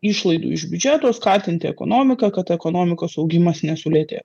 išlaidų iš biudžeto skatinti ekonomiką kad ekonomikos augimas nesulėtė